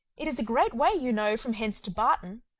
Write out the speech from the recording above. it is a great way, you know, from hence to barton.